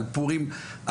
על פורים,